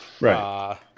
Right